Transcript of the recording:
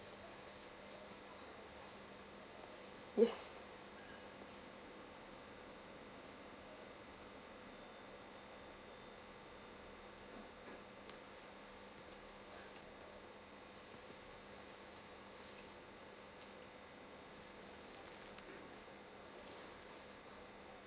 yes